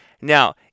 Now